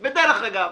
שלכם, ודרך אגב,